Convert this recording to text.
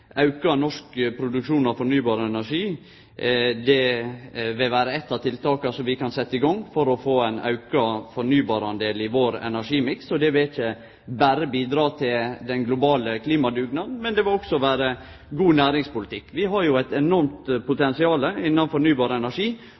Auka norsk produksjon av fornybar energi vil vere eitt av tiltaka som vi kan setje i gang for å få ein auka fornybardel i vår energimiks. Det vil ikkje berre bidra til den globale klimadugnaden, men det vil også vere god næringspolitikk. Vi har jo eit enormt potensial innanfor fornybar energi,